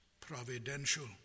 providential